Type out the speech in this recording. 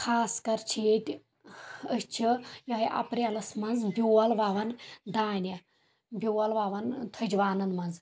خاص کَر چھِ ییٚتہِ أسۍ چھِ یِہوے اَپریٚلَس منٛز بیول وَوان دانہِ بیول وَوان تھجوانن منٛز